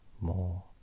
more